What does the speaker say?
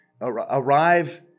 arrive